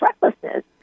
recklessness